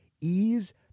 ease